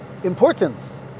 importance